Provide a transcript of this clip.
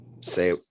say